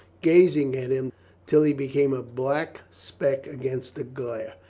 gazing at him till he became a black speck against the glare.